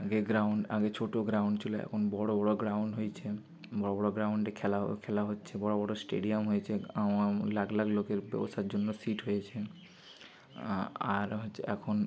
আগে গ্রাউন্ড আগে ছোট গ্রাউন্ড ছিল এখন বড় বড় গ্রাউন্ড হয়েছে বড় বড় গ্রাউন্ডে খেলা ও খেলা হচ্ছে বড় বড় স্টেডিয়াম হয়েছে আম আম লাখ লাখ লোকের বসার জন্য সিট হয়েছে আর হচ্ছে এখন